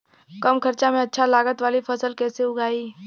कम खर्चा में अच्छा लागत वाली फसल कैसे उगाई?